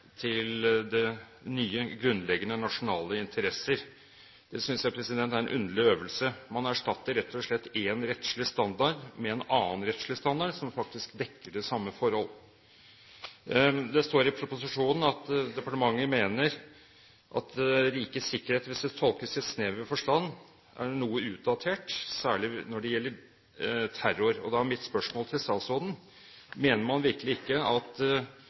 til det nye «grunnleggende nasjonale interesser». Det synes jeg er en underlig øvelse. Man erstatter rett og slett en rettslig standard med en annen rettslig standard, som faktisk dekker det samme forhold. Det står i proposisjonen at departementet mener at ««rikets sikkerhet» er, hvis det tolkes i snever forstand, noe utdatert , særlig når det gjelder terrorvirksomhet». Da er mitt spørsmål til statsråden: Mener man virkelig ikke at